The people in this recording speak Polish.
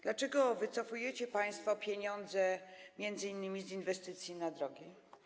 Dlaczego wycofujecie państwo pieniądze m.in. z inwestycji drogowych?